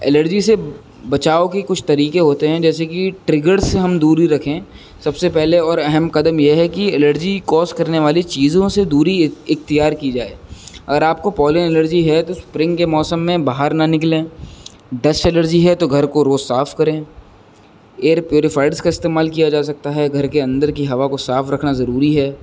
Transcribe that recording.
allergy سے بچاؤ کے کچھ طریقے ہوتے ہیں جیسے کہ ٹرگر سے ہم دوری رکھیں سب سے پہلے اور اہم قدم یہ ہے کہ الرجی کوز کرنے والی چیزوں سے دوری اختیار کی جائے اگر آپ کو پالین الرجی ہے تو اسپرنگ کے موسم میں باہر نہ نکلیں ڈسٹ الرجی ہے تو گھر کو روز صاف کریں ایئر پیوریفائدس کا استعمال کیا جا سکتا ہے گھر کے اندر کی ہوا کو صاف رکھنا ضروری ہے